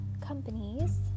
companies